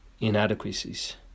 inadequacies